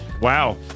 Wow